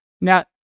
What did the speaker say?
now